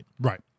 Right